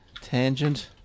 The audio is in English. Tangent